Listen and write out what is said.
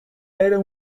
era